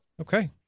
okay